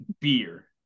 Beer